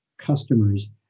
customers